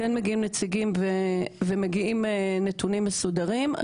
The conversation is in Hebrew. כן מגיעים נציגים ומגיעים נתונים מסודרים.